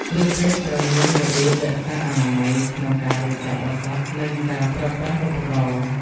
គ្រូពេទត្រូវមាន របៀបរក្សាអនាម័យក្នុងការរៀបចំឱសថ និងការប្រើប្រាស់ឧបករណ៍។